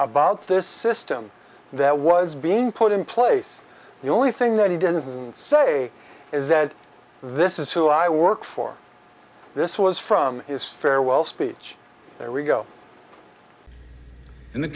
about this system that was being put in place the only thing that he didn't say is that this is who i work for this was from his farewell speech there we go in the